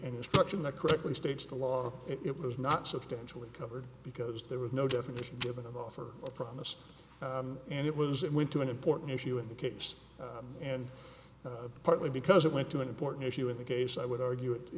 instruction that correctly states the law it was not substantially covered because there was no definition given in law for a promise and it was it went to an important issue in the case and partly because it went to an important issue in that case i would argue